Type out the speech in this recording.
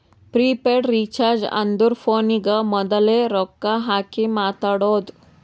prepaid recharge ಅಂದುರ್ ಫೋನಿಗ ಮೋದುಲೆ ರೊಕ್ಕಾ ಹಾಕಿ ಮಾತಾಡೋದು